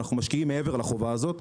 אנחנו משקיעים מעבר לחובה הזאת.